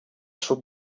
sud